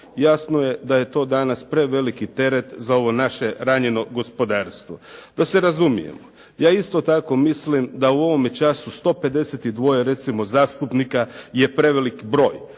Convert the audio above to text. Jasno je da je to danas preveliki teret za ovo naše ranjeno gospodarstvo. Da se razumijemo, ja isto tako mislim da u ovome času 152 recimo zastupnika je prevelik broj.